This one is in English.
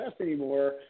anymore